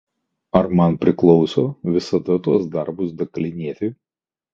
ar man priklauso visada tuos darbus dakalinėti